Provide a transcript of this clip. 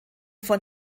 von